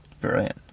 Brilliant